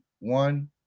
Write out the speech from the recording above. one